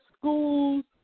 schools